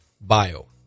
bio